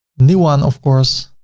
new one of course